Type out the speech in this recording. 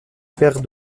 père